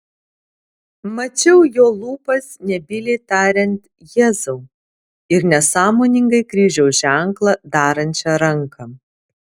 mačiau jo lūpas nebyliai tariant jėzau ir nesąmoningai kryžiaus ženklą darančią ranką